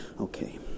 Okay